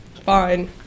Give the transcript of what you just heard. Fine